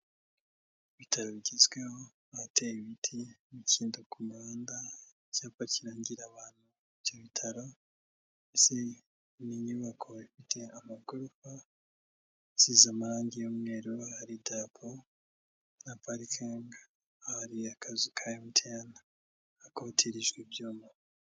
Ibitaro bigezweho, ahateye ibiti, imikindo ku muhanda, icyapa kirangira abantu ibyo bitaro, ndetse ni inyubako ifite amagorofa isize amarange y'umweru, hari idapo na parikingi, hari akazu ka mtn, hakorotirijwe ibyuma.